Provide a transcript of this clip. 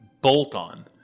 bolt-on